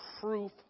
proof